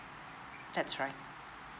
that's right